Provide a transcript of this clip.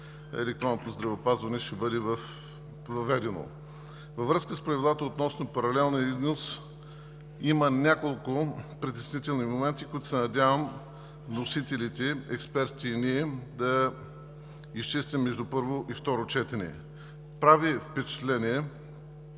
електронното здравеопазване ще бъде въведено в срок. Във връзка с правилата относно паралелния износ има няколко притеснителни момента, които се надявам вносителите, експерти и ние да изчистим между първо и второ четене. Прави впечатление,